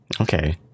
Okay